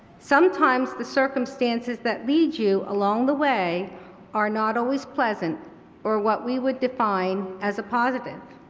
sometimes the circumstances that lead you along the way are not always pleasant or what we would define as a positive.